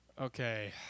Okay